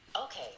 Okay